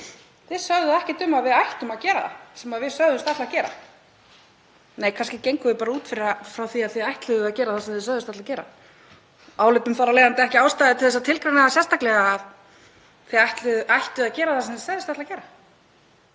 Þið sögðuð ekkert um að við ættum að gera það sem við sögðumst ætla að gera.“ Nei, kannski gengum við bara út frá því að þið ætluðuð að gera það sem þið sögðuð og álitum þar af leiðandi ekki ástæðu til að tilgreina það sérstaklega að þið ættuð að gera það sem þið sögðust ætla að gera.